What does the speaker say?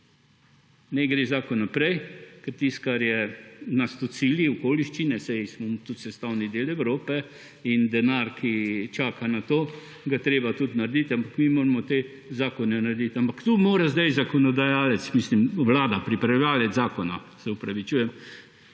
Naj gre zakon naprej, ker okoliščine, saj smo tudi sestavni del Evrope, in denar, ki čaka na to, ga je treba tudi narediti, ampak mi moramo te zakone narediti. Ampak to mora zdaj zakonodajalec, mislim vlada, pripravljavec zakona, se opravičujem,